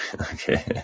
okay